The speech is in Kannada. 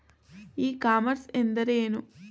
ಇ ಕಾಮರ್ಸ್ ಎಂದರೆ ಏನು?